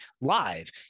live